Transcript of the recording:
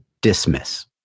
dismiss